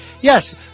Yes